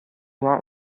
want